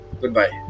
goodbye